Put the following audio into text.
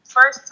First